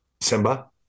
Simba